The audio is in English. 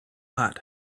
hot